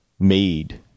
Made